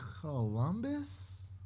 Columbus